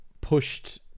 pushed